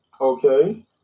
okay